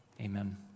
Amen